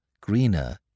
greener